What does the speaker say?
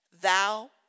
thou